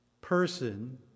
person